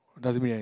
does it mean an~